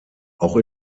auch